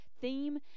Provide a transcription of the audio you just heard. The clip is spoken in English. theme